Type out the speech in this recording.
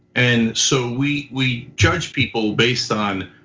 and so we we judge people based on